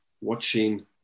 watching